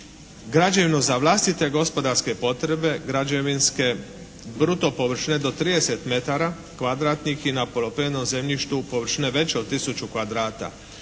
Građevinu za vlastite gospodarske potrebe, građevinske bruto površine do 30 metara kvadratnih i na poljoprivrednom zemljištu površine veće od 1000 kvadrata